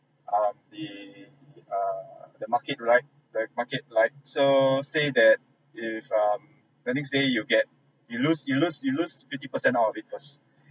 um the err the market right the market like so say that if um the next day you get you lose you lose you lose fifty percent out of it first